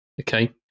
okay